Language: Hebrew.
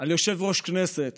על יושב-ראש כנסת